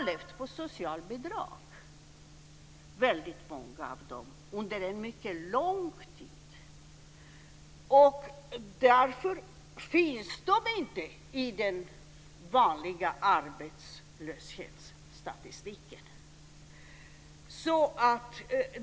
Väldigt många av dem har levt på socialbidrag under en mycket lång tid. Därför finns de inte i den vanliga arbetslöshetsstatistiken.